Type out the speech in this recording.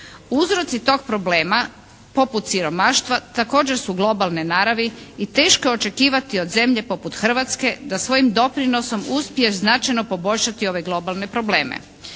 Uzroci tog problema poput siromaštva također su globalne naravi i teško je očekivati od zemlje poput Hrvatske da svojim doprinosom uspije značajno poboljšati ove globalne probleme.